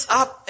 up